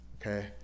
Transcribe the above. Okay